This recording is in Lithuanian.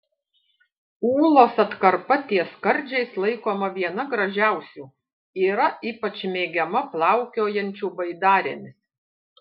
ūlos atkarpa ties skardžiais laikoma viena gražiausių yra ypač mėgiama plaukiojančių baidarėmis